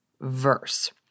verse